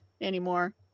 anymore